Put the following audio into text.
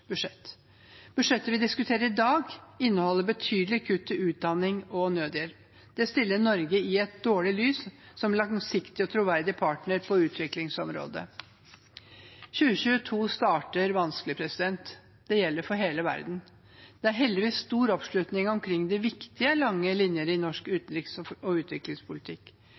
budsjett. Budsjettet vi diskuterer i dag, inneholder betydelige kutt til utdanning og nødhjelp. Det stiller Norge, som langsiktig og troverdig partner på utviklingsområdet, i et dårlig lys. 2022 starter vanskelig, det gjelder for hele verden. Det er heldigvis stor oppslutning omkring de viktige lange linjer i norsk utenriks- og